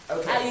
Okay